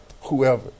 whoever